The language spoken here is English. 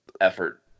effort